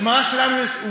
אחד הכובשים או הנכבשים.